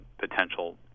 potential